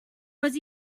was